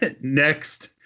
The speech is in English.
Next